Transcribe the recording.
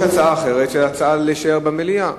יש הצעה אחרת: להישאר במליאה,